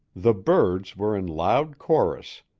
the birds were in loud chorus.